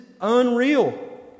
unreal